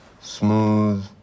smooth